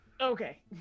Okay